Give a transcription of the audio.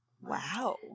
Wow